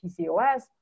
pcos